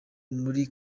muri